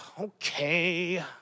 Okay